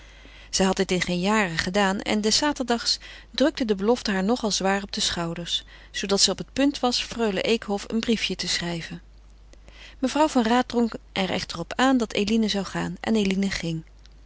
zij had dit in geen jaren gedaan en des zaterdags drukte de belofte haar nogal zwaar op de schouders zoodat zij op het punt was freule eekhof een briefje te schrijven mevrouw van raat drong er echter op aan dat eline gaan zou en eline ging